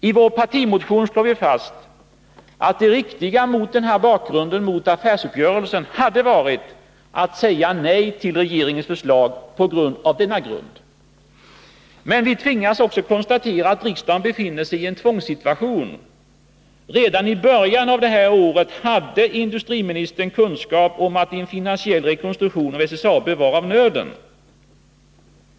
I vår partimotion slår vi fast att det riktiga, mot bakgrund av den här affärsuppgörelsen, hade varit att säga nej till regeringens förslag. Men vi tvingas också konstatera att riksdagen befinner sig i en tvångssituation. Redan i början av det här året hade industriministern kunskap om att en finansiell rekonstruk tion av SSAB var av nöden.